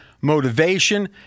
motivation